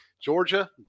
Georgia